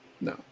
No